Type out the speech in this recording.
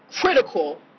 critical